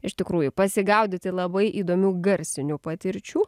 iš tikrųjų pasigaudyti labai įdomių garsinių patirčių